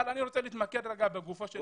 אני רוצה התמקד לגופו של עניין.